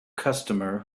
customer